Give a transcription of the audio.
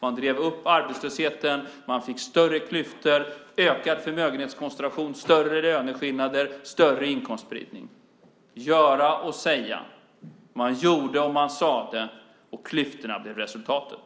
Man drev upp arbetslösheten. Man fick större klyftor, ökad förmögenhetskoncentration, större löneskillnader och större inkomstspridning. Göra och säga, man gjorde och man sade, och klyftorna blev resultatet.